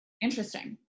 Interesting